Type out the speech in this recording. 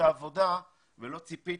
לדבר בשם תושבי נפת